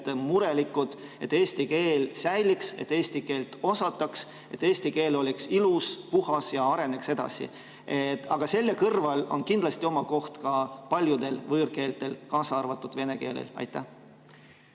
[ja soovime], et eesti keel säiliks, et eesti keelt osataks, et eesti keel oleks ilus, puhas ja areneks edasi. Aga selle kõrval on kindlasti oma koht ka paljudel võõrkeeltel, kaasa arvatud vene keelel. Aitäh,